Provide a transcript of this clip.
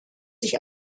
sich